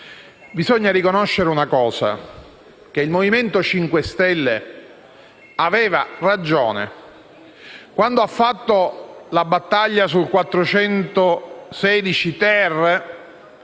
si debba riconoscere una cosa: il Movimento 5 Stelle aveva ragione. Quando ha fatto la battaglia sull'articolo